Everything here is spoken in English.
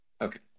okay